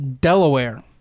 delaware